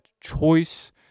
choice